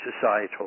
societal